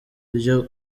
ryo